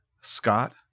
Scott